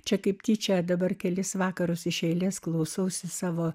čia kaip tyčia dabar kelis vakarus iš eilės klausausi savo